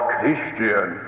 Christian